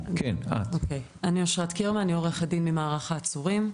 אני עורכת דין ממערך העצורים,